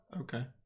okay